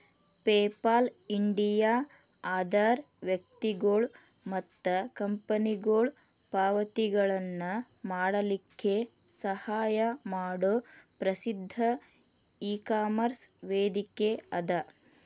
PayPal India ಅದರ್ ವ್ಯಕ್ತಿಗೊಳು ಮತ್ತ ಕಂಪನಿಗೊಳು ಪಾವತಿಗಳನ್ನ ಮಾಡಲಿಕ್ಕೆ ಸಹಾಯ ಮಾಡೊ ಪ್ರಸಿದ್ಧ ಇಕಾಮರ್ಸ್ ವೇದಿಕೆಅದ